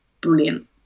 brilliant